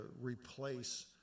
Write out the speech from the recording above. replace